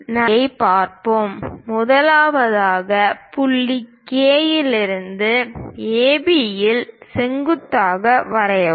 நடைமுறையைப் பார்ப்போம் முதலாவதாக புள்ளி K இலிருந்து AB க்கு செங்குத்தாக வரையவும்